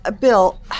Bill